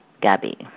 Gabby